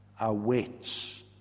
awaits